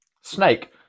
Snake